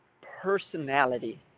personality